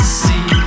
see